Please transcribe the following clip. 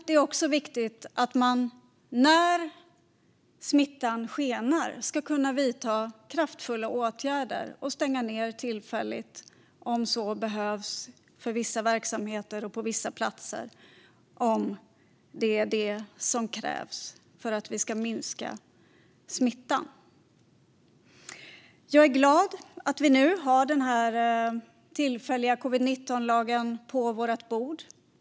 Det är också viktigt att man när smittan skenar ska kunna vidta kraftfulla åtgärder och stänga ned vissa verksamheter och vissa platser tillfälligt för att minska smittan. Jag är glad att vi nu har den tillfälliga covid-19-lagen på vårt bord.